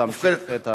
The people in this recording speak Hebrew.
תמשיך.